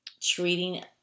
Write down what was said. treating